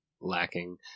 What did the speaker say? lacking